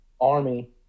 Army